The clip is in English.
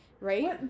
Right